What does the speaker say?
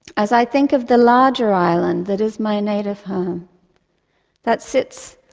as i think of the larger island that is my native home that sits,